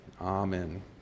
Amen